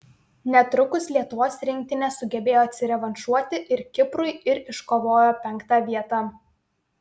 netrukus lietuvos rinktinė sugebėjo atsirevanšuoti ir kiprui ir iškovojo penktą vietą